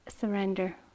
Surrender